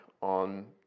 on